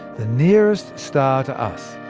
the nearest star to us,